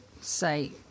say